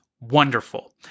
wonderful